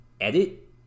edit